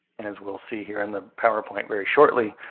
and as we'll see here in the powerpoint very shortly,